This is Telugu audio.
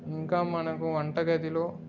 ఇంకా మనకు వంట గదిలో